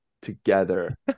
together